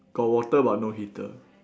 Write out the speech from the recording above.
got water but no heater